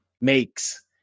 Makes